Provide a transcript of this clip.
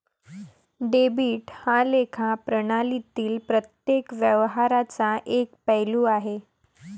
debit हा लेखा प्रणालीतील प्रत्येक व्यवहाराचा एक पैलू आहे